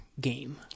game